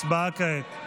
הצבעה כעת.